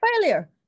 Failure